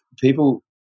people